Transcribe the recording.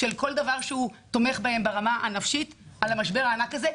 של כל מה שתומך בהם ברמה הנפשית בעקבות המשבר הענק הזה,